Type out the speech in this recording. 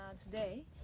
today